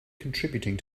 contributing